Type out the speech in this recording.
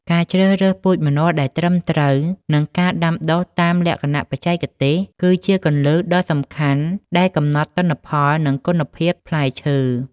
ការជ្រើសរើសពូជម្នាស់ដែលត្រឹមត្រូវ និងការដាំដុះតាមលក្ខណៈបច្ចេកទេស គឺជាគន្លឹះដ៏សំខាន់ដែលកំណត់ពីទិន្នផល និងគុណភាពផ្លែឈើ។